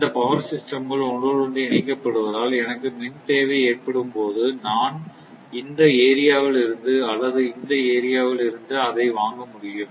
இந்த power system கள் ஒன்றோடு ஒன்று இணைக்கப் படுவதால் எனக்கு மின் தேவை ஏற்படும் பொது நான் இந்த ஏரியா வில் இருந்து அல்லது இந்த ஏரியா வில் இருந்து அதை வாங்க முடியும்